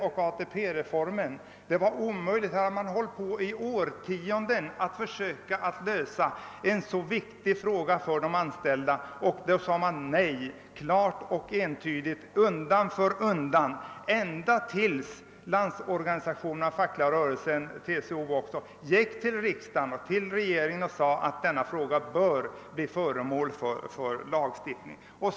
Man hade under årtionden försökt lösa denna för de anställda så viktiga fråga men det uttalades hela tiden ett klart och entydigt nej, ända tills LO, och även TCO, vände sig till riksdag och regering med begäran att frågan skulle bli föremål för lagstiftning.